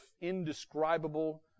indescribable